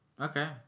Okay